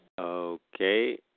Okay